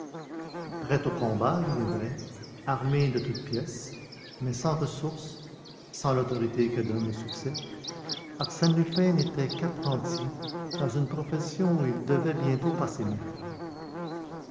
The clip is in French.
prêt au combat il est vrai armé de toutes pièces mais sans ressources sans l'autorité que donne le succès arsène lupin n'était qu'apprenti dans une profession où il devait bientôt passer maître